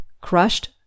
crushed